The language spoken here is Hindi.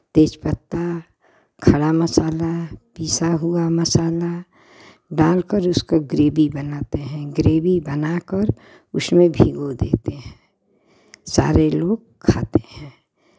तेजपत्ता खरा मसाला पीसा हुआ मसाला डाल कर उसका ग्रेवी बनाते हैं ग्रेवी बना कर उसमें भिंगो देते हैं सारे लोग खाते हैं